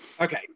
Okay